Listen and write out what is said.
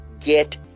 get